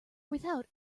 without